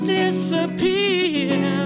disappear